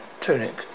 tunic